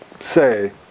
say